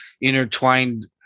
intertwined